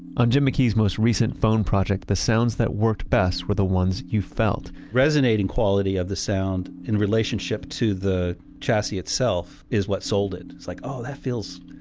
on jim mckee's most recent phone project, the sounds that worked best were the ones you felt resonating quality of the sound, in relationship to the chassis its self is what sold it. it's like, oh that feels,